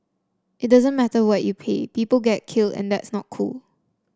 it doesn't matter what you pay people get killed and that's not cool